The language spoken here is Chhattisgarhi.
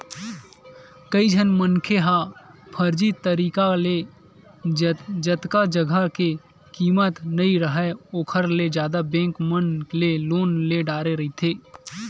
कइझन मनखे ह फरजी तरिका ले जतका जघा के कीमत नइ राहय ओखर ले जादा बेंक मन ले लोन ले डारे रहिथे